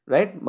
Right